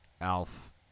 Alf